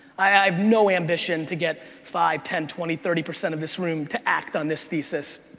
i have no ambition to get five, ten, twenty, thirty percent of this room to act on this thesis,